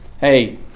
hey